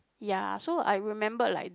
ya so I remembered like